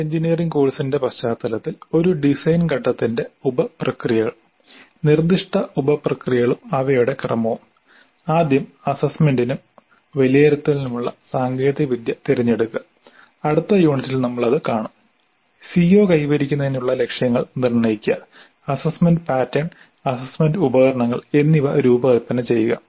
ഒരു എഞ്ചിനീയറിംഗ് കോഴ്സിന്റെ പശ്ചാത്തലത്തിൽ ഒരു ഡിസൈൻ ഘട്ടത്തിന്റെ ഉപപ്രക്രിയകൾ നിർദ്ദിഷ്ട ഉപപ്രക്രിയകളും അവയുടെ ക്രമവും ആദ്യം അസ്സസ്മെന്റിനും വിലയിരുത്തലിനുമുള്ള സാങ്കേതികവിദ്യ തിരഞ്ഞെടുക്കുക അടുത്ത യൂണിറ്റിൽ നമ്മൾ അത് കാണും CO കൈവരിക്കുന്നതിനുള്ള ലക്ഷ്യങ്ങൾ നിർണ്ണയിക്കുക അസ്സസ്സ്മെന്റ് പാറ്റേൺ അസ്സസ്സ്മെന്റ് ഉപകരണങ്ങൾ എന്നിവ രൂപകൽപ്പന ചെയ്യുക